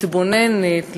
מתבוננת,